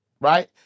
Right